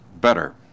better